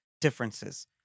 differences